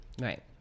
Right